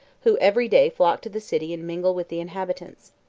who every day flock to the city and mingle with the inhabitants.